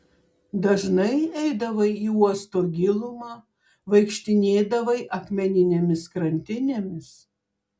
dažnai eidavai į uosto gilumą vaikštinėdavai akmeninėmis krantinėmis